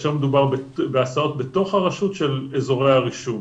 כאשר מדובר בהסעות בתוך הרשות, של אזורי הרישום.